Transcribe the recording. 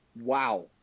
wow